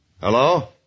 Hello